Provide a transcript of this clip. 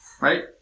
Right